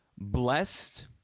Blessed